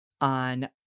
on